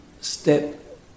step